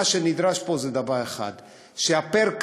מה שנדרש פה זה דבר אחד: שפר-קפיטה,